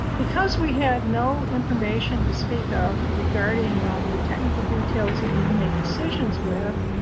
because we had no information to speak of regarding the technical details you need to make decisions with,